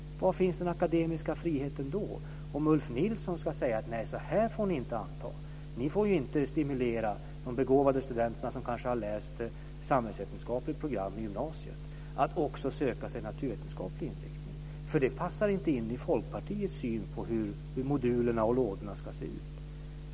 Var finns den akademiska friheten då om Ulf Nilsson säger att så här får man inte anta? Ska ni säga att man inte får stimulera de begåvade studenter som kanske har läst samhällsvetenskapligt program på gymnasiet att också söka sig till naturvetenskaplig inriktning, för det passar inte in i Folkpartiets syn på hur modulerna ska se ut?